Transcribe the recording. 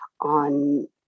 on